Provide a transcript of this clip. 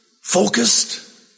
focused